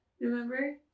Remember